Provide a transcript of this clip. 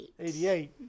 88